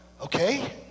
Okay